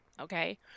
Okay